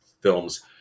films